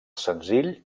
senzill